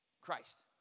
Christ